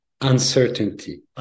Uncertainty